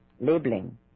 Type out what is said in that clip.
labeling